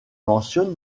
mentionne